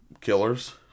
killers